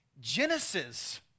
Genesis